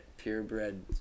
purebred